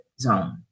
Zone